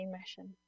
mission